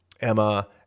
Emma